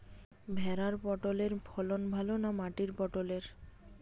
ভেরার পটলের ফলন ভালো না মাটির পটলের?